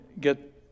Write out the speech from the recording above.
get